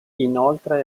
inoltre